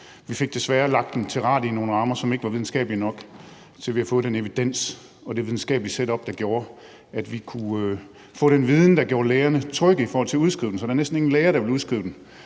Vi fik desværre lagt den til rette inogle rammer, som ikke var videnskabelige nok, til at vi fik den evidens og det videnskabelige setup, der gjorde, at vi kunne få den viden, der gjorde lægerne trygge i forhold til at udskrive den. Så der var næsten ingen læger, der ville udskrive den,